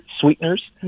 sweeteners